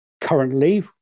currently